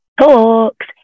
Talks